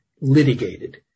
litigated